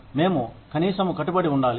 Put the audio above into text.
మేము కనీసము కట్టుబడి ఉండాలి